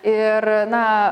ir na